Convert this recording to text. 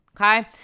okay